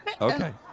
Okay